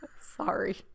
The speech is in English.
Sorry